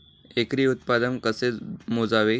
एकरी उत्पादन कसे मोजावे?